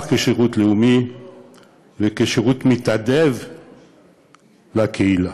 כשירות לאומי וכשירות בהתנדבות לקהילה.